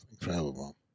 Incredible